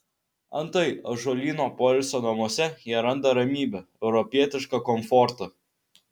antai ąžuolyno poilsio namuose jie randa ramybę europietišką komfortą